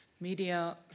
media